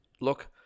look